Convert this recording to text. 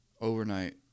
overnight